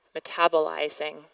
metabolizing